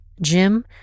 Jim